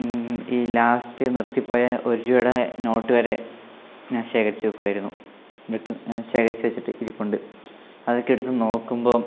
ഈ ലാസ്റ്റ് നിർത്തിപ്പോയ ഒരു രൂപയുടെ നോട്ട് വരെ ഞാൻ ശേഖരിച്ചു വയ്ക്കുമായിരുന്നു ശേഖരിച്ച് വെച്ചിട്ട് ഇരിപ്പുണ്ട് അതൊക്കെ എടുത്തു നോക്കുമ്പം